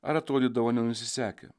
ar atrodydavo nenusisekę